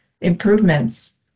improvements